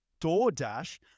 DoorDash